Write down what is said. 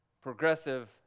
progressive